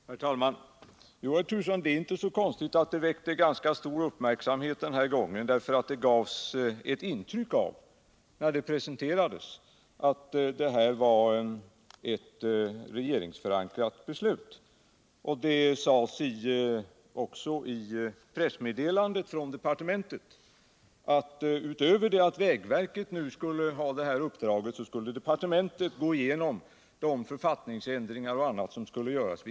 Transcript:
Herr talman! Jo, herr Turesson, det är inte så konstigt att det väckte ganska stor uppmärksamhet den här gången. När planerna presenterades fick man ett intryck av att det låg ett regeringsförankrat beslut bakom dem. Det sades också i pressmeddelandet från departementet, att utöver att vägverket skulle få detta uppdrag så skulle departementet gå igenom de författningsändringar och annat som måste göras.